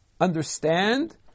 understand